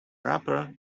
rapper